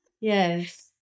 Yes